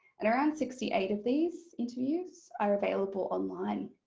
and around sixty eight of these interviews are available online.